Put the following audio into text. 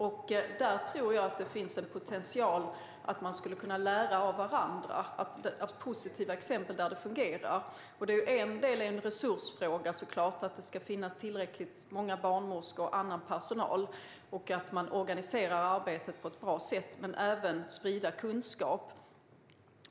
Jag tror alltså att det finns en potential att lära av varandra och av positiva exempel där det fungerar. En del är såklart en resursfråga som handlar om att det ska finnas tillräckligt många barnmorskor och annan personal och att man organiserar arbetet på ett bra sätt, men det handlar även om att sprida kunskap.